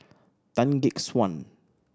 Tan Gek Suan